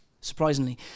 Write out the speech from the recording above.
surprisingly